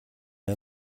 амь